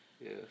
Yes